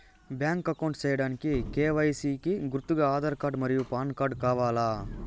Bank account సేయడానికి KYC కి గుర్తుగా ఆధార్ కార్డ్ మరియు పాన్ కార్డ్ కావాలా?